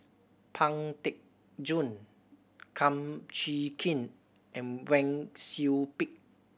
Pang Teck Joon Kum Chee Kin and Wang Sui Pick